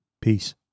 Peace